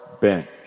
Bench